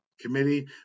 committee